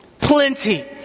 Plenty